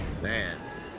Man